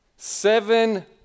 Seven